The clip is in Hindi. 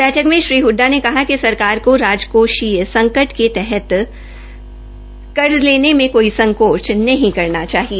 बैठक में श्री हडडा ने कहा कि सरकार को राजकोषीय संकट के तहत कर्ज लेने में कोई संकोच नहीं करना चाहिए